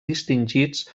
distingits